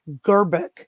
Gerbeck